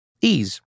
Ease